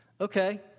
Okay